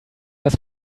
dass